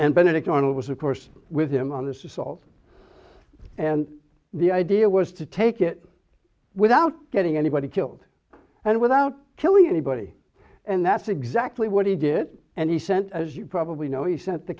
benedict arnold was of course with him on this assault and the idea was to take it without getting anybody killed and without killing anybody and that's exactly what he did and he sent as you probably know he sent the